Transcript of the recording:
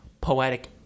Poetic